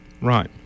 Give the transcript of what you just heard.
right